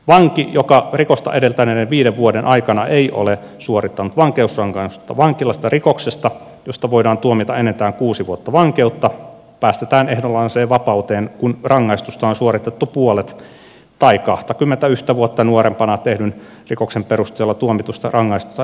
vanki joka rikosta edeltäneiden viiden vuoden aikana ei ole suorittanut vankeusrangaistusta vankilassa rikoksesta josta voidaan tuomita enintään kuusi vuotta vankeutta päästetään ehdonalaiseen vapauteen kun rangaistuksesta on suoritettu puolet tai kahtakymmentäyhtä vuotta nuorempana tehdyn rikoksen perusteella tuomitusta rangaistuksesta yksi kolmasosa